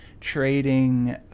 trading